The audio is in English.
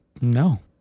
No